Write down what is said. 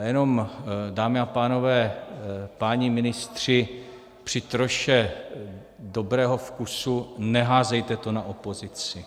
Jenom, dámy a pánové, páni ministři, při troše dobrého vkusu, neházejte to na opozici.